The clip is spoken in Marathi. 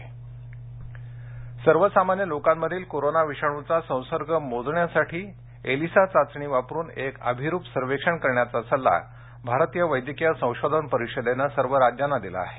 एलिसा सर्वेक्षण सर्वसामान्य लोकांमधील कोरोना विषाणूचा संसर्ग मोजण्यासाठी एलिसा चाचणी वापरुन एक अभिरुप सर्वेक्षण करण्याचा सल्ला भारतीय वैद्यकीय संशोधन परिषदेनं सर्व राज्यांना दिला आहे